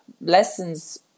lessons